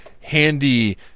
handy